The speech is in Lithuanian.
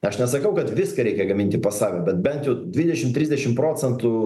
aš nesakau kad viską reikia gaminti pas save bet bent jau dvidešim trisdešim procentų